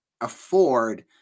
afford